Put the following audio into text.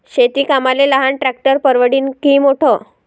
शेती कामाले लहान ट्रॅक्टर परवडीनं की मोठं?